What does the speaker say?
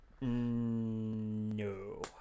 no